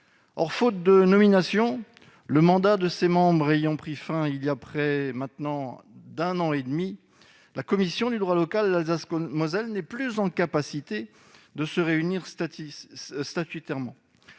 Or, faute de nomination, le mandat de ses membres ayant pris fin il y a près d'un an et demi maintenant, la commission du droit local d'Alsace-Moselle n'est plus autorisée statutairement